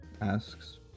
asks